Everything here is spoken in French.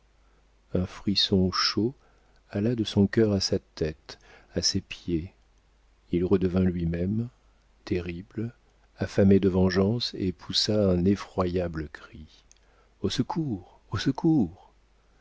un frisson chaud alla de son cœur à sa tête à ses pieds il redevint lui-même terrible affamé de vengeance et poussa un effroyable cri au secours au secours